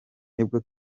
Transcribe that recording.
nibwo